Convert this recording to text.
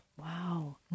Wow